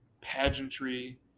pageantry